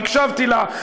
הקשבתי לה,